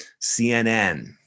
CNN